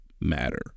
matter